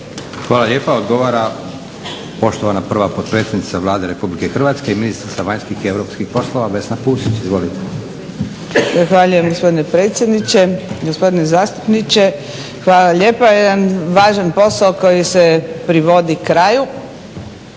Hvala lijepa. Odgovara poštovana prva potpredsjednica Vlade Republike Hrvatske i ministrica vanjskih i europskih poslova Vesna Pusić. Izvolite. **Pusić, Vesna (HNS)** Zahvaljujem gospodine